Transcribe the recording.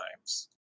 times